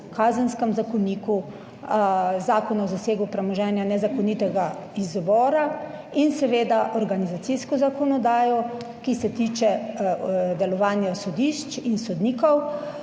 Kazenskem zakoniku, Zakona o zasegu premoženja nezakonitega izvora in seveda organizacijsko zakonodajo, ki se tiče delovanja sodišč in sodnikov